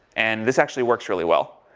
and this actually works really well.